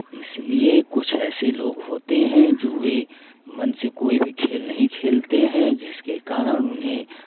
इसलिए कुछ ऐसे लोग होते हैं जो वे मन से कोई भी खेल नहीं खेलते हैं जिसके कारण उन्हें